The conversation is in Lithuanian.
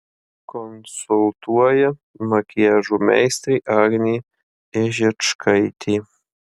konsultuoja makiažo meistrė agnė ižičkaitė